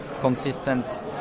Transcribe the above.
consistent